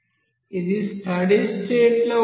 ఇది steady state లో ఉంటుంది